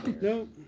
Nope